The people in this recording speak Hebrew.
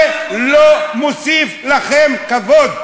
זה לא מוסיף לכם כבוד.